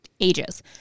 ages